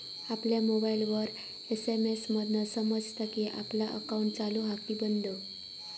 आपल्या मोबाईलवर एस.एम.एस मधना समजता कि आपला अकाउंट चालू हा कि बंद